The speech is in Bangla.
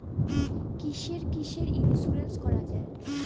কিসের কিসের ইন্সুরেন্স করা যায়?